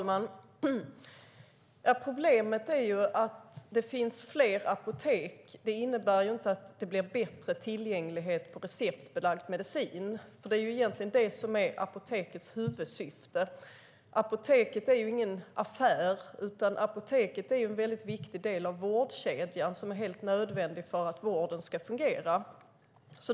Fru talman! Att det finns fler apotek innebär inte att det blir bättre tillgänglighet till receptbelagd medicin. Men det är egentligen det som är apotekets huvudsyfte. Apoteket är ingen affär utan en viktig del av vårdkedjan, helt nödvändig för att vården ska fungera.